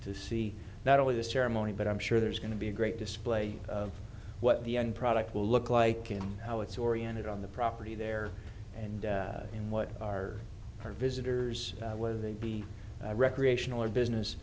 to see not only the ceremony but i'm sure there's going to be a great display of what the end product will look like how it's oriented on the property there and in what are our visitors whether they be recreational or business